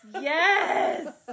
Yes